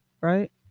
right